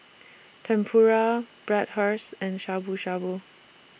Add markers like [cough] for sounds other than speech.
Tempura [unintelligible] and Shabu Shabu